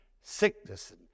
sickness